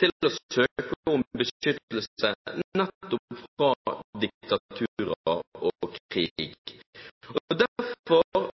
til å søke om beskyttelse nettopp fra diktaturer og krig. Derfor